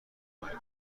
کنیم